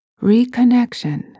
Reconnection